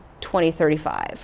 2035